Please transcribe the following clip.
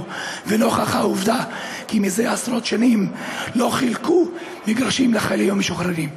ונוכח העובדה כי מזה עשרות שנים לא חולקו מגרשים לחיילים המשוחררים.